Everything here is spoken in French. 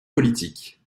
politiques